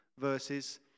verses